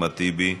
אחמד טיבי,